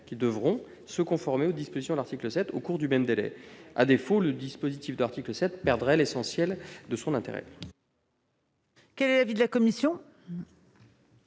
qui devraient se conformer aux dispositions de l'article 7 au cours du même délai. À défaut, ce dispositif perdrait l'essentiel de son intérêt. Quel est l'avis de la commission ?